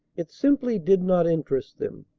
it simply did not interest them.